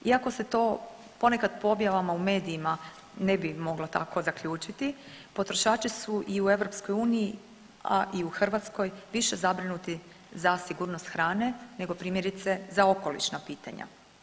Iako se to ponekad po objavama u medijima ne bi moglo tako zaključiti, potrošači su i u EU, a i u Hrvatskoj više zabrinuti za sigurnost hrane nego primjerice za okolišna pitanja.